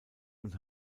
und